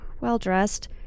well-dressed